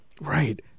Right